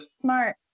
Smart